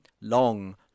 Long